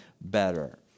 better